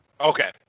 okay